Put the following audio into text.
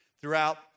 throughout